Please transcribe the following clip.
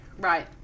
Right